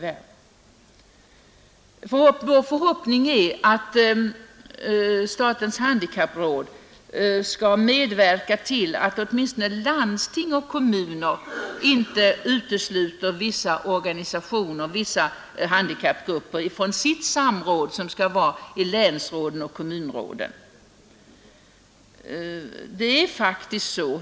Vår förhoppning är, att statens handikappråd skall medverka till att åtminstone landsting och kommuner inte utesluter vissa organisationer och handikappgrupper från samråd, i länsråden eller kommunråden.